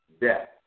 death